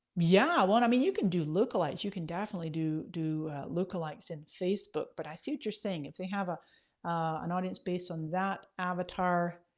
yeah, well and i mean you can do lookalikes. you can definitely do do lookalikes in facebook but i see what you're saying, if they have ah an audience based on that avatar,